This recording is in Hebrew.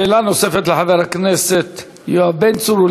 שאלה נוספת לחבר הכנסת יואב בן צור,